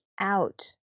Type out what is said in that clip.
out